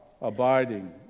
abiding